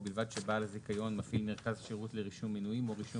'ובלבד שבעל הזיכיון מפעיל מרכז שירות לרישום מינויים או רישום